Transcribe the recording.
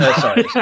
Sorry